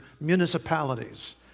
municipalities